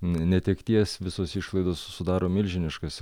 netekties visos išlaidos sudaro milžiniškas